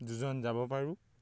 দুজন যাব পাৰোঁ